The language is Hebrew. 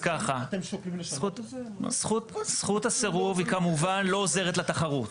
זכות הסירוב היא כמובן לא עוזרת לתחרות.